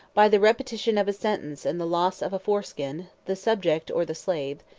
by the repetition of a sentence and the loss of a foreskin, the subject or the slave,